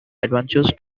adventures